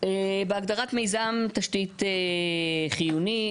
בהגדרת מיזם תשתית חיוני,